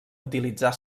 utilitzar